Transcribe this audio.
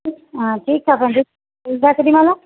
हा ठीकु आहे पंहिंजो ईंदा केॾीमहिल